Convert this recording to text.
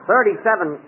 Thirty-seven